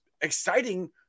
exciting